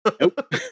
Nope